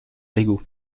lego